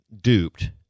duped